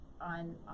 on